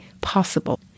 possible